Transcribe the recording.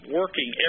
working